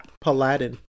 paladin